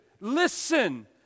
Listen